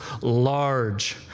large